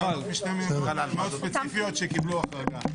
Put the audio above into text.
יש ועדות משנה ספציפיות שקיבלו החרגה.